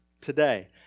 today